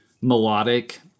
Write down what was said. melodic